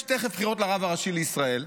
רבותיי, יש תכף בחירות לרב הראשי לישראל.